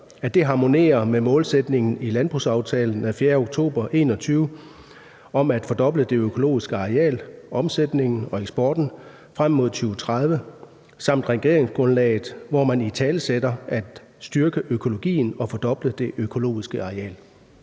det harmonerer med målsætningen i landbrugsaftalen af 4. oktober 2021 om at fordoble det økologiske areal, omsætningen og eksporten frem mod 2030 samt regeringsgrundlaget, hvor man italesætter at styrke økologien og fordoble det økologiske areal?